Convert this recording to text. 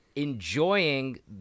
enjoying